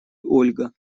ольга